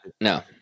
No